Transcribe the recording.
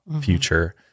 future